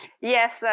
Yes